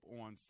on